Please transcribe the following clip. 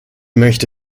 möchte